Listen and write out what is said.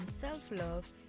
self-love